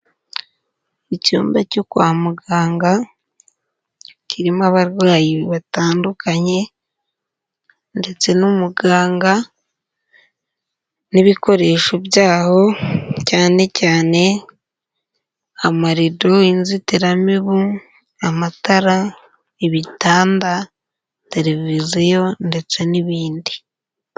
Icyumba cyo kwa muganga kirimo abarwayi batandukanye ndetse n'umuganga n'ibikoresho byaho cyane cyane amarido, inzitiramibu, amatara, ibitanda, tereviziyo ndetse n'ibindi.